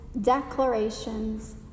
declarations